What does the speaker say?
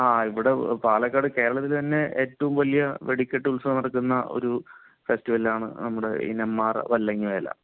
ആ ഇവിടെ പാലക്കാട് കേരളത്തിലെത്തന്നെ ഏറ്റവും വലിയ വെടിക്കെട്ടു ഉത്സവം നടക്കുന്ന ഒരു ഫെസ്റ്റിവലാണ് നമ്മുടെ ഈ നെമ്മാറ വല്ലങ്ങി വേല